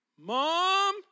Mom